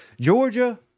Georgia